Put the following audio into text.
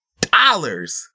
dollars